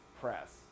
press